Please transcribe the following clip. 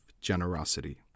generosity